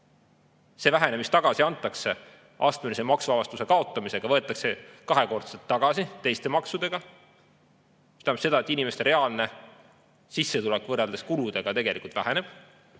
See vähene, mis tagasi antakse astmelise maksuvabastuse kaotamisega, võetakse kahekordselt tagasi teiste maksudega, mis tähendab seda, et inimeste reaalne sissetulek võrreldes kuludega tegelikult väheneb.